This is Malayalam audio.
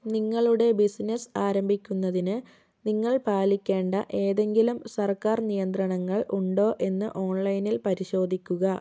നിങ്ങളുടെ ബിസിനസ്സ് ആരംഭിക്കുന്നതിന് നിങ്ങൾ പാലിക്കേണ്ട ഏതെങ്കിലും സർക്കാർ നിയന്ത്രണങ്ങൾ ഉണ്ടോ എന്ന് ഓൺലൈനിൽ പരിശോധിക്കുക